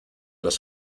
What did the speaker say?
los